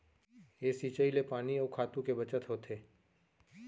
ए सिंचई ले पानी अउ खातू के बचत होथे